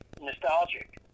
nostalgic